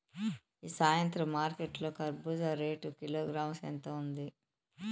ఈ సాయంత్రం మార్కెట్ లో కర్బూజ రేటు కిలోగ్రామ్స్ ఎంత ఉంది?